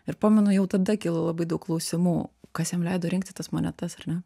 ir pamenu jau tada kilo labai daug klausimų kas jam leido rinkti tas monetas ar ne